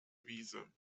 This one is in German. wiese